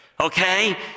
Okay